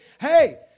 hey